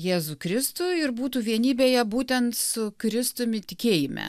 jėzų kristų ir būtų vienybėje būtent su kristumi tikėjime